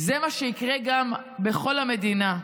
זה מה שיקרה גם בכל המדינה.